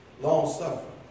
long-suffering